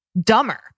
dumber